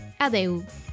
Adeu